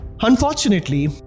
Unfortunately